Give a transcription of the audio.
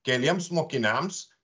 keliems mokiniams